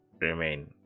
remain